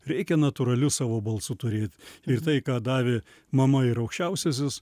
reikia natūraliu savo balsu turėt ir tai ką davė mama ir aukščiausiasis